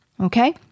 Okay